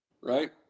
Right